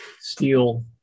steel